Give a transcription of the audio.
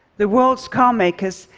the world's carmakers,